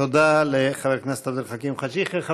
תודה לחבר הכנסת עבד אל חכים חאג' יחיא.